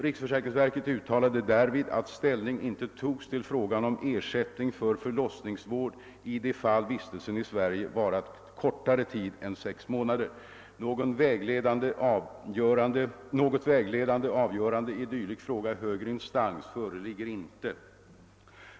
Riksförsäkringsverket uttalade därvid att ställning inte togs till frågan om ersättning för förlossningsvård i de fall vistelsen i Sverige varat kortare tid än sex månader. Något vägledande avgörande i dylik fråga i högre instans föreligger inte.